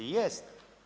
Jest.